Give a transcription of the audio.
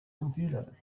computer